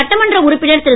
சட்டமன்ற உறுப்பினர் திரு